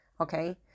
okay